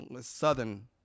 Southern